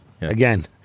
Again